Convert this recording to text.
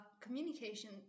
communication